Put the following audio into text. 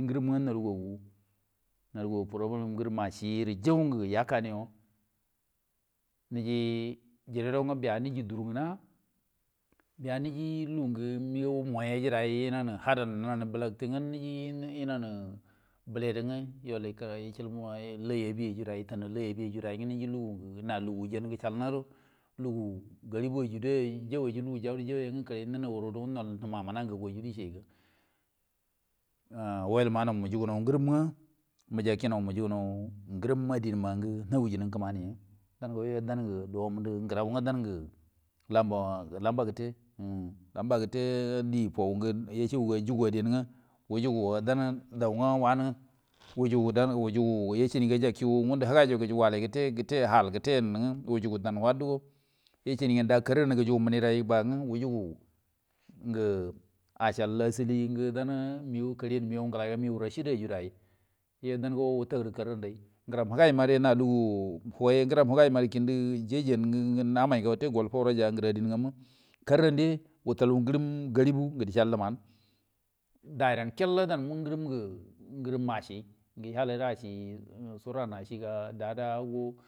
ngrimu garu gayu narugogu num ashiy ya kanyo niji jereron dur ngenaa ya nige lugu ngena mego moiye hadan nun bulattinge niji yanann bileingo yol yikaga ye de abie ri, di ye nge adange na lugunge janmero lugu ngariboi yu ro nan lugu jahil jau nge nun amana gau yo die yo a h wal manrowa gecalau ngrom maro muje kino mujugu ngrim adinma hin kimani dango yo die ngelan ge aculja au nga dan go lamba lamba kette en nge lamba kette die fougan jugenge, wujugu nga dan nge wani wujugundan karri hal kattai yon nda jugu kette nge meniri dan wujuge nge acal asali en mego kangan ngelai yon yu rasidan dai ye geri tai ngrim higai geri wu fodan ngrim higai mari gundu jejan ngu wol ngiri admma karande wukul bgrim karibu acal liman dairan al lam yu ngrim acci accigo dadeyugo.